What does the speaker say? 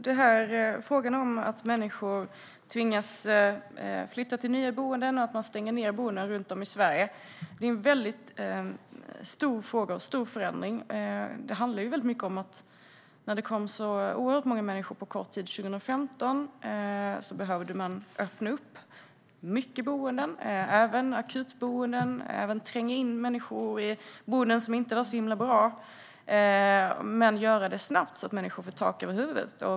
Herr talman! Att människor tvingas flytta till nya boenden och att man stänger ned boenden runt om i Sverige innebär en stor förändring. Det är en väldigt stor fråga. Det handlar i stor utsträckning om att det kom oerhört många människor på kort tid 2015. Då behövde man öppna många boenden, även akutboenden, och tränga in människor i boenden som inte var så himla bra, men göra det snabbt, så att människor fick tak över huvudet.